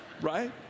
right